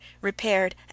repaired